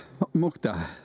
Mukta